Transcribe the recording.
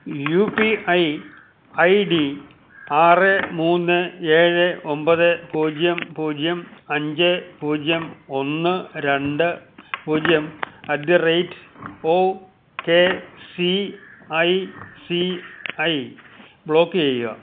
U P I I D ആറ് മൂന്ന് ഏഴ് ഒമ്പത് പൂജ്യം പൂജ്യം അഞ്ചേ പൂജ്യം ഒന്ന് രണ്ട് പൂജ്യം at the rate O K C I C I block ചെയ്യുക